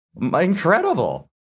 incredible